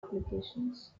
applications